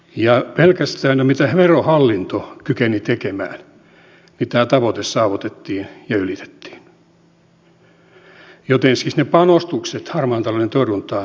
pelkästään jo siinä mitä verohallinto kykeni tekemään tämä tavoite saavutettiin ja ylitettiin joten siis ne panostukset harmaan talouden torjuntaan tuottavat moninkertaisesti